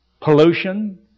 pollution